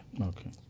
Okay